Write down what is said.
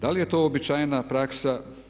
Da li je to uobičajena praksa?